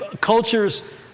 cultures